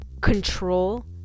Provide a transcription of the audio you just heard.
control